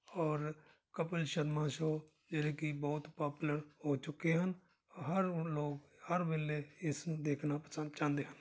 ਔਰ ਕਪਿਲ ਸ਼ਰਮਾ ਸ਼ੋਅ ਜਿਹੜੇ ਕਿ ਬਹੁਤ ਪਾਪੂਲਰ ਹੋ ਚੁੱਕੇ ਹਨ ਹਰ ਲੋਕ ਹਰ ਵੇਲੇ ਇਸ ਨੂੰ ਦੇਖਣਾ ਪਸੰਦ ਚਾਹੁੰਦੇ ਹਨ